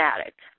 addict